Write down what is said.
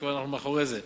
אנחנו כבר אחרי זה,